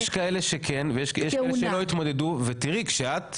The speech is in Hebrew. יש כאלה שלא התמודדו, ותראי כשאת בסוף,